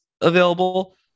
available